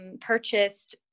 purchased